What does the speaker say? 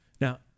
Now